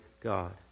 God